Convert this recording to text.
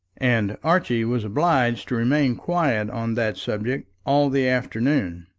and archie was obliged to remain quiet on that subject all the afternoon.